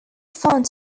found